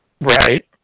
Right